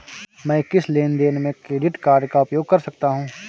मैं किस लेनदेन में क्रेडिट कार्ड का उपयोग कर सकता हूं?